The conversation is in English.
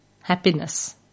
happiness